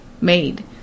made